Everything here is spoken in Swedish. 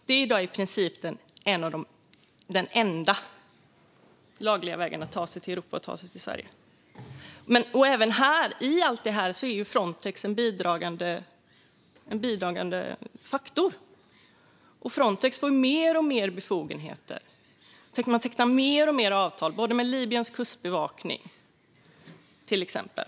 Det är i princip den enda lagliga vägen att ta sig till Europa och Sverige I allt detta är Frontex en bidragande faktor. Frontex får mer och mer befogenheter. Man tecknar fler och fler avtal - med Libyens kustbevakning till exempel.